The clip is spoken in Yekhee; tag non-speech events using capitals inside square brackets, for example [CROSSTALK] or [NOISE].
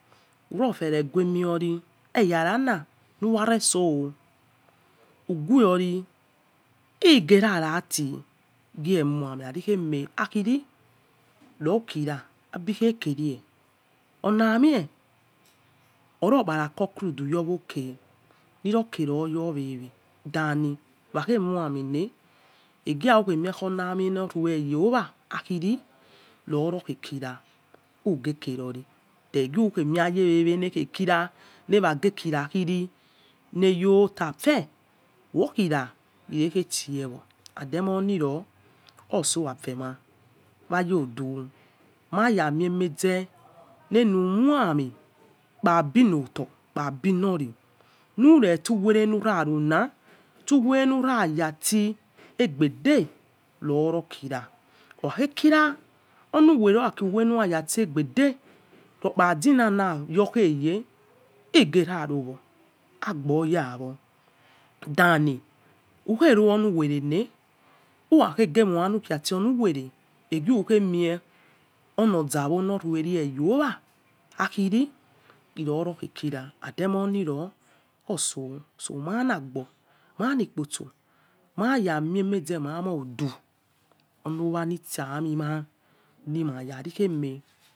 Keiare ghumion eyaranu huva reso ukara na ege yarati yhe khya' a mia kharin ehie akhia lu kiwa adighe kare olalauive oropara concluge ye wo okan niyo keoi oyowewe thanni waghe khyami le egia hoghe kuoa amiu re owa akhiri no ghe kioa ughe keoesi ugke mia ya wewe leaghe kio akhiaiye winta afe wokhira keghe tiyewo aude enoliro orhisol afenai mayo ochin iyamia miemeze lilu khua ' ahudu kpa enloto krabilori lyre suwere lyra rọla suwere lura ya sin egbede roro khira okhaghe kira, orkiu orhu wele orkio uwele lura ya ise egbede ruokiyara zinau yokheye igera rawo ouboyawo thom in ughe rowo orhi wele ley uwa. mia ahi khaset hi wele eghe lughe emeh ovlo zawo lorue yowa ak hiru kiro ro oghe kira auge enioniro oisoh so mailagbo mailikposo [UNINTELLIGIBLE] khari yo thai mo udu isa miya